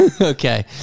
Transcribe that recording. Okay